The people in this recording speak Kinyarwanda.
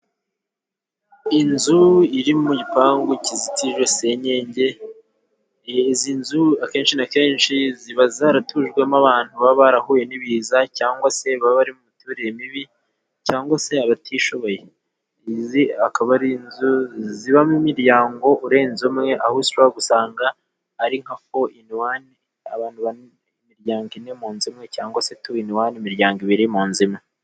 Inzu iri mu gipangu kizitije senyenge, izi nzu akenshi na kenshi ziba zaratujwemo abantu baba barahuye n'ibiza, cyangwa se baba bari mu miturire mibi cyangwa se abatishoboye. Izi akaba ari inzu zibamo imiryango urenze umwe, aho ushobora gusanga ari nka fo ini wane abantu b'imiryango ine mu nzu imwe, cyangwa se tu ini wane imiryango ibiri mu nzu imwe.